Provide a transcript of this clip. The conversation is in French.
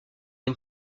une